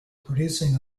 producing